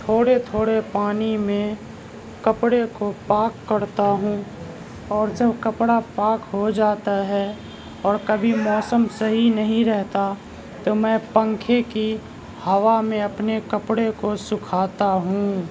تھوڑے تھوڑے پانی میں کپڑے کو پاک کرتا ہوں اور جب کپڑا پاک ہوجاتا ہے اور کبھی موسم صحیح نہیں رہتا تو میں پنکھے کی ہوا میں اپنے كپڑے كو سُكھاتا ہوں